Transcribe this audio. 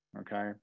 okay